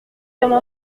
sommes